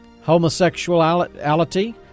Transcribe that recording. homosexuality